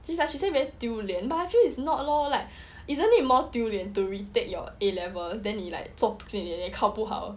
she's like she say very 丢脸 but I feel is not lor like isn't it more 丢脸 to retake your A-levels then 你做考不好